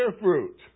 fruit